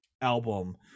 album